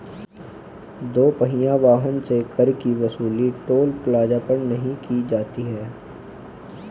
दो पहिया वाहन से कर की वसूली टोल प्लाजा पर नही की जाती है